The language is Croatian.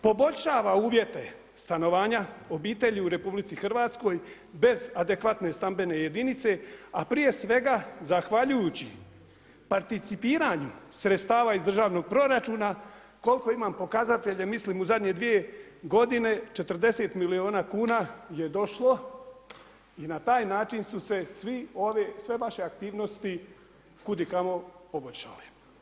Poboljšava uvjete stanovanja obitelji u RH bez adekvatne stambene jedinice, a prije svega zahvaljujući participiranju sredstava iz državnog proračuna, koliko imam pokazatelje mislim u zadnje dvije godine 40 milijuna kuna je došlo i na taj način su se sve vaše aktivnosti kud i kamo poboljšale.